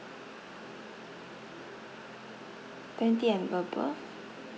twenty and above